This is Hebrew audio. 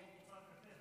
החוב תוצר קטן.